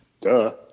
Duh